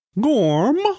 Gorm